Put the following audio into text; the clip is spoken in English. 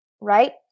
Right